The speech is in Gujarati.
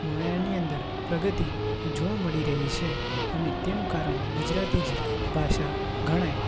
એની અંદર પ્રગતિ જોવા મળી રહી છે અને તેનું કારણ ગુજરાતી જ ભાષા ગણાય